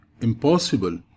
impossible